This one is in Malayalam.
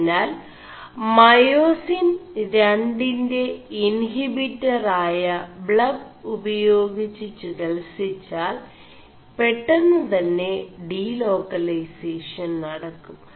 അതിനാൽ മേയാസീൻ 2െ ഇൻഹിബിർ ആയ 2് ഉപേയാഗിg് ചികിിgാൽ െപെƒM് തെM ഡിേലാ ൈലേസഷൻ നട ും